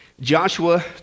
Joshua